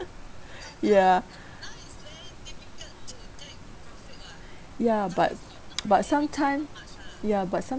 ya ya but but sometime ya but some~